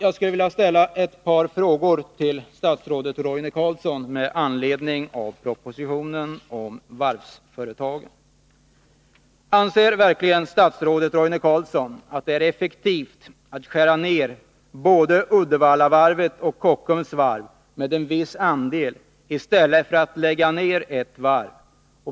Jag skulle vilja ställa några frågor till statsrådet Roine Carlsson med anledning av propositionen om varvsföretagen: Anser verkligen statsrådet Roine Carlsson att det är effektivt att skära ned både Uddevallavarvet och Kockums Varv med en viss andel i stället för att lägga ned ett varv?